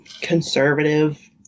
conservative